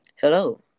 Hello